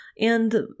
and-